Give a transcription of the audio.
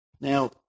Now